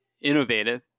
innovative